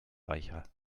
reicher